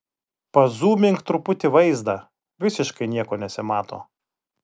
pazūmink truputį vaizdą visiškai nieko nesimato